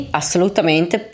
assolutamente